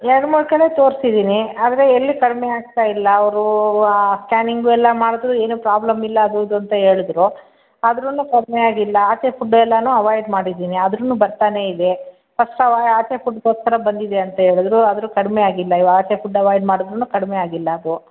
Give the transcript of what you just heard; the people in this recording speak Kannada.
ಎರಡ್ಮೂರು ಕಡೆ ತೋರಿಸಿದ್ದೀನಿ ಆದರೆ ಎಲ್ಲೂ ಕಡಿಮೆ ಆಗ್ತಾಯಿಲ್ಲ ಅವರು ಆ ಸ್ಕ್ಯಾನಿಂಗು ಎಲ್ಲ ಮಾಡಿದರು ಏನೂ ಪ್ರಾಬ್ಲಮ್ ಇಲ್ಲ ಅದು ಇದು ಅಂತ ಹೇಳಿದರು ಆದ್ರೂ ಕಡಿಮೆ ಆಗಿಲ್ಲ ಆಚೆ ಫುಡ್ ಎಲ್ಲಾನೂ ಅವಾಯ್ಡ್ ಮಾಡಿದ್ದೀನಿ ಆದ್ರೂ ಬರ್ತಾನೇ ಇದೆ ಫಸ್ಟು ಆ ಆಚೆ ಫುಡ್ಗೋಸ್ಕರ ಬಂದಿದೆ ಅಂತೇಳಿದ್ರು ಆದರೂ ಕಡಿಮೆ ಆಗಿಲ್ಲ ಈ ಆಚೆ ಫುಡ್ ಅವಾಯ್ಡ್ ಮಾಡಿದ್ರೂ ಕಡಿಮೆ ಆಗಿಲ್ಲ ಅದು